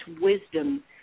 wisdom